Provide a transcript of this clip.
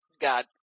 God